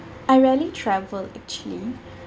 I rarely travel actually